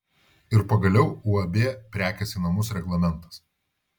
ir pagaliau uab prekės į namus reglamentas